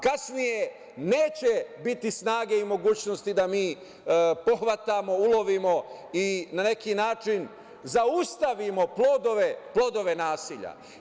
Kasnije neće biti snage i mogućnosti da mi pohvatamo, ulovimo i na neki način zaustavim plodove nasilja.